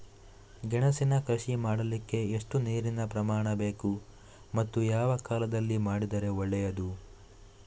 ಗೆಣಸಿನ ಕೃಷಿ ಮಾಡಲಿಕ್ಕೆ ಎಷ್ಟು ನೀರಿನ ಪ್ರಮಾಣ ಬೇಕು ಮತ್ತು ಯಾವ ಕಾಲದಲ್ಲಿ ಮಾಡಿದರೆ ಒಳ್ಳೆಯದು?